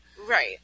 right